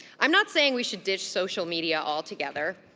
i'm not saying we should ditch social media altogether.